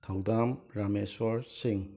ꯊꯧꯗꯥꯝ ꯔꯥꯃꯣꯁꯣꯔ ꯁꯤꯡ